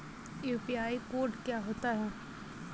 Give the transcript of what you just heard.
UPI code क्या होता है?